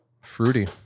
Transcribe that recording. Fruity